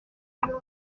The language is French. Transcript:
mais